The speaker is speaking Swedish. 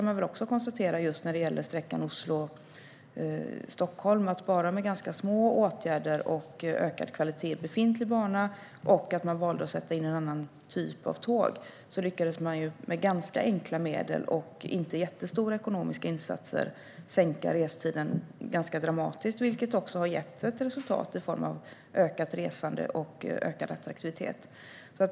Jag kan konstatera att när det gäller just sträckan Oslo-Stockholm har man med ganska små åtgärder och ökad kvalitet i befintlig bana - och att man valde att sätta in en annan typ av tåg - och med ganska enkla medel och inte jättestora ekonomiska insatser lyckats minska restiden ganska dramatiskt. Det har gett ett resultat i form av ökat resande och ökad attraktivitet.